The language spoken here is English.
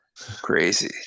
crazy